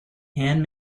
hand